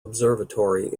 observatory